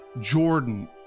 jordan